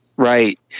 Right